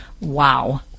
wow